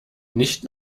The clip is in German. nicht